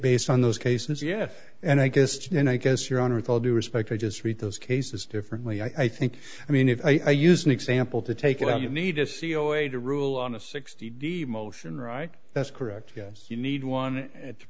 based on those cases yes and i guessed and i guess your honor with all due respect i just read those cases differently i think i mean if i may use an example to take it out you need to see a way to rule on a sixty d motion right that's correct yes you need one